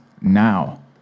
now